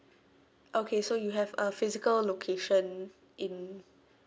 okay so you have a physical location in